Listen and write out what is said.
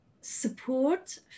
support